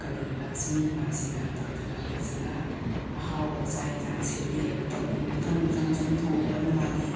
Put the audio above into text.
ꯀꯩꯅꯣ ꯂꯛꯁꯃꯤ ꯏꯃꯥꯁꯤꯅ ꯇꯧꯗꯅ ꯐꯖꯅ ꯑꯍꯥꯎꯕ ꯆꯥꯛ ꯑꯦꯟꯁꯥꯡ ꯁꯦꯝꯕꯤꯔꯒ ꯇꯧꯕꯤꯕ ꯃꯊꯪ ꯃꯊꯪ ꯁꯨꯝ ꯊꯣꯡꯉꯛꯄꯅ ꯃꯥꯗꯤ